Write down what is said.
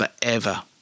forever